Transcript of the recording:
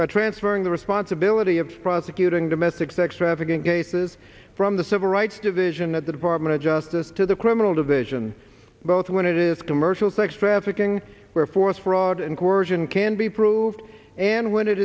that transferring the responsibility of prosecuting domestic sex trafficking cases from the civil rights division at the department of justice to the criminal division both when it is commercial sex trafficking where force fraud and coersion can be proved and when it